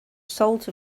salt